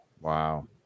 Wow